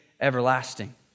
everlasting